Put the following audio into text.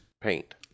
paint